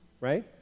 Right